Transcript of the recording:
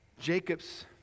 Jacob's